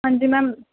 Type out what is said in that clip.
ਹਾਂਜੀ ਮੈਮ